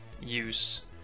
use